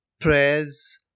prayers